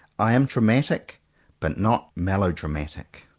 i am dramatic but not melo-dramatic.